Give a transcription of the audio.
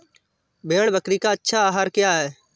भेड़ बकरी का अच्छा आहार क्या है?